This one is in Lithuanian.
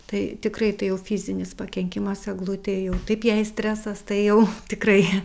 tai tikrai tai jau fizinis pakenkimas eglutė jau taip jei stresas tai jau tikrai